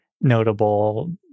notable